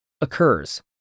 occurs